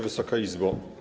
Wysoka Izbo!